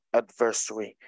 adversary